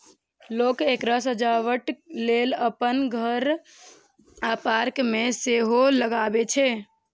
लोक एकरा सजावटक लेल अपन घर आ पार्क मे सेहो लगबै छै